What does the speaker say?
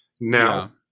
now